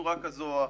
בצורה כזו או אחרת.